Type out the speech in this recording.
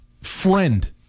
friend